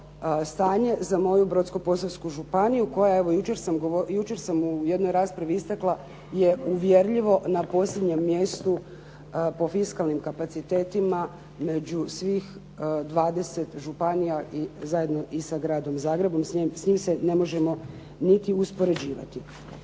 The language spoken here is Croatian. sam u jednoj raspravi istakla je uvjerljivo na posljednjem mjestu po fiskalnim kapacitetima među svih 20 županija zajedno i sa Gradom Zagrebom. S njim se ne možemo niti uspoređivati.